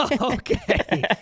Okay